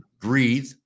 Breathe